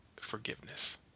forgiveness